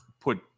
put